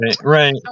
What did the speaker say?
right